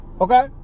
Okay